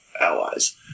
allies